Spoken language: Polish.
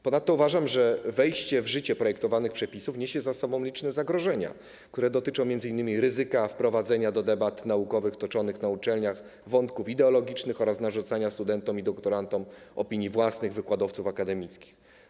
Ponadto uważam, że wejście w życie projektowanych przepisów niesie ze sobą liczne zagrożenia, które dotyczą m.in. ryzyka wprowadzenia do debat naukowych toczonych na uczelniach wątków ideologicznych oraz narzucania studentom i doktorantom opinii własnych wykładowców akademickich.